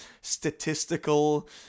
statistical